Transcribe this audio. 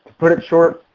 put it short.